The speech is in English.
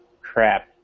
crap